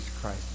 Christ